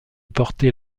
porter